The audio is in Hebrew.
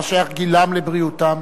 מה שייך גילם לבריאותם?